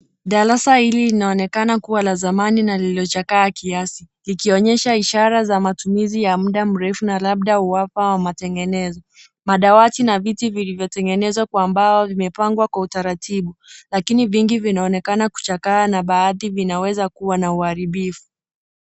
Darasa hili linaonekana kuwa la zamani na lilochakaa kiasi likionyesha ishara za matumizi ya muda mrefu na labda uwapo wa matengenezo. Madawati na viti vilivyotengenezwa kwa mbao vimepangwa kwa utaratibu lakini vingi vineonekana kuchaka na baadhi vinaweza kuwa na uharibifu.